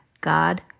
God